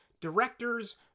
Directors